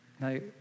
No